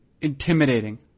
intimidating